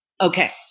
Okay